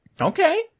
Okay